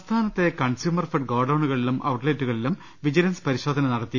സംസ്ഥാനത്തെ കൺസ്യൂമർഫ്ഡ് ഗോഡൌണുകളിലും ഔട്ട്ലെറ്റുകളിലും വിജില്ൻസ് പരിശോധന നടത്തി